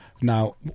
Now